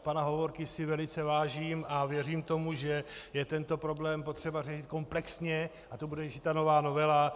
Pana Hovorky si velice vážím a věřím tomu, že je tento problém potřeba řešit komplexně, a to bude řešit ta nová novela.